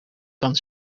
kan